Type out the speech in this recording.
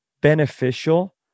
beneficial